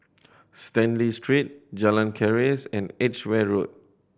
Stanley Street Jalan Keris and Edgware Road